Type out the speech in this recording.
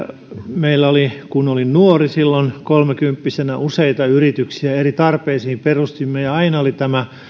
meillä oli silloin kun olin nuori kolmekymppinen useita yrityksiä niitä eri tarpeisiin perustimme ja aina oli tämä